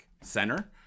center